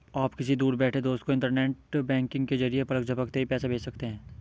आप किसी दूर बैठे दोस्त को इन्टरनेट बैंकिंग के जरिये पलक झपकते पैसा भेज सकते हैं